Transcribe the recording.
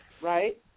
Right